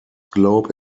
globe